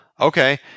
okay